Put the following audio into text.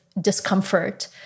discomfort